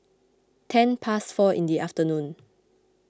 ten past four in the afternoon